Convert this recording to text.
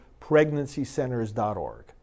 Pregnancycenters.org